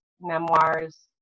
memoirs